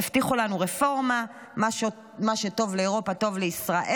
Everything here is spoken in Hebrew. הבטיחו לנו רפורמה, מה שטוב לאירופה טוב לישראל.